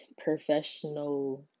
professional